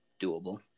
doable